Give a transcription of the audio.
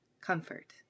Comfort